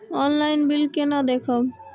Online bill केना देखब?